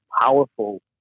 powerful